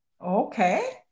okay